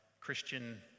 Christian